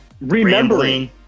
remembering